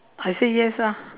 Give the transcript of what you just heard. I say yes ah